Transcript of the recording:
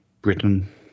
Britain